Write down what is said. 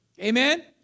Amen